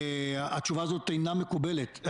התשובה הזאת אינה מקובלת.